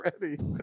ready